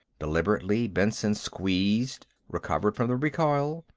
deliberately, benson squeezed, recovered from the recoil,